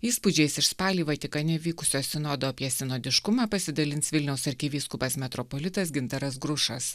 įspūdžiais iš spalį vatikane vykusio sinodo apie sinodiškumą pasidalins vilniaus arkivyskupas metropolitas gintaras grušas